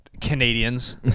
Canadians